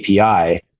API